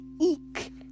Eek